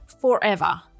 forever